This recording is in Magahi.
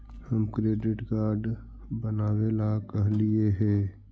हम क्रेडिट कार्ड बनावे ला कहलिऐ हे?